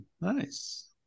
Nice